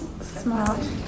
Smart